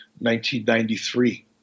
1993